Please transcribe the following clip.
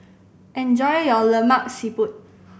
enjoy your Lemak Siput